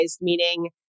meaning